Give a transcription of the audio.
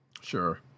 Sure